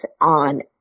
on